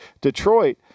Detroit